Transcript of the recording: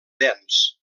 dens